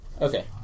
Okay